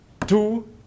two